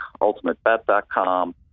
UltimateBet.com